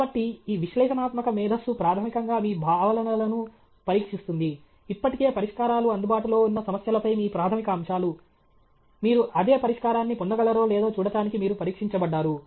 కాబట్టి ఈ విశ్లేషణాత్మక మేధస్సు ప్రాథమికంగా మీ భావనలను పరీక్షిస్తుంది ఇప్పటికే పరిష్కారాలు అందుబాటులో ఉన్న సమస్యలపై మీ ప్రాథమిక అంశాలు మీరు అదే పరిష్కారాన్ని పొందగలరో లేదో చూడటానికి మీరు పరీక్షించబడ్డారు